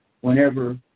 whenever